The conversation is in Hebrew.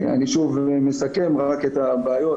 אני שוב מסכם רק את הבעיות,